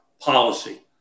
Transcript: policy